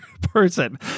person